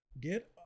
get